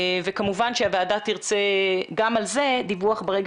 כמובן שהוועדה תרצה גם על זה דיווח ברגע